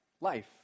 life